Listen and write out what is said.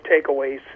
takeaways